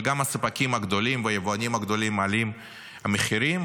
אבל גם הספקים הגדולים והיבואנים הגדולים מעלים מחירים,